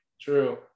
True